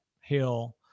hill